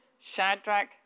Shadrach